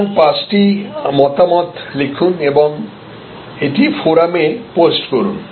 সুতরাং পাঁচটি মতামত লিখুন এবং এটি ফোরামে পোস্ট করুন